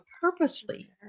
purposely